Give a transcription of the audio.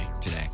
Today